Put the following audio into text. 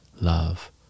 love